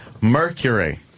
Mercury